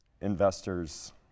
investor's